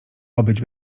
obyć